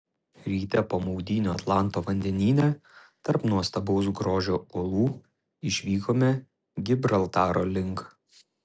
ryte po maudynių atlanto vandenyne tarp nuostabaus grožio uolų išvykome gibraltaro link